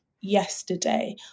yesterday